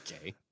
Okay